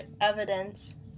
evidence